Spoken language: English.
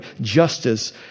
justice